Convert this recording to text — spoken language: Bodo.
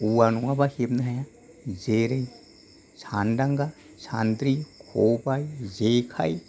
औवा नङाबा हेबनो हाया जेरै सानदांगा सानद्रि खबाय जेखाय